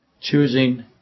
choosing